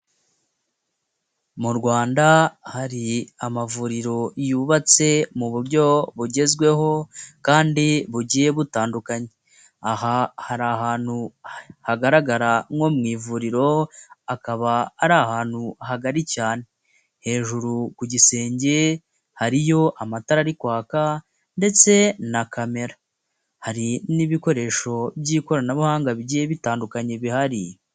Mu Rwanda, hari amavuriro yubatse mu buryo bugezweho, kandi bugiye butandukanye, aha hari ahantu hagaragara nko mu ivuriro, akaba ari ahantu hagari cyane, hejuru ku gisenge hariyo amatara ari kwaka, ndetse na kamera, hari n'ibikoresho by'ikoranabuhanga bigiye bitandukanye bihari.